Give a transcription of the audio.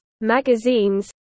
magazines